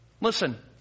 Listen